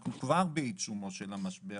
אנחנו כבר בעיצומו של המשב,